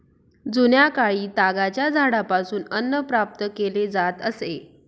जुन्याकाळी तागाच्या झाडापासून अन्न प्राप्त केले जात असे